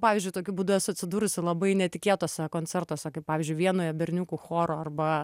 pavyzdžiui tokiu būdu esu atsidūrusi labai netikėtuose koncertuose kaip pavyzdžiui vienoje berniukų choro arba